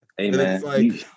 Amen